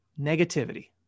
Negativity